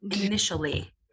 initially